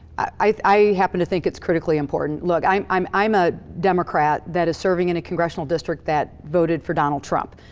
i happen to think it's critically important. look, i'm i'm i'm a democrat that is serving in a congressional district that voted for donald trump.